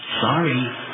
sorry